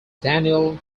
daniel